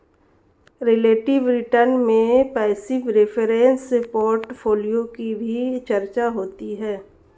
relative return में passive reference portfolio की भी चर्चा होती है